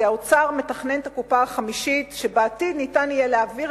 כי האוצר מתכנן את הקופה החמישית שבעתיד יהיה אפשר להעביר